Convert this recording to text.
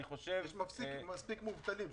יש מספיק מובטלים.